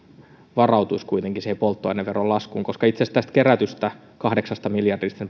varautuisi kuitenkin siihen polttoaineveron laskuun koska itse asiassa tästä kerätystä kahdeksasta miljardista